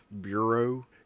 Bureau